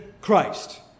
Christ